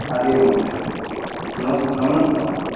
हरिः ओं महोदये नमस्ते नमो नमः